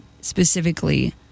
specifically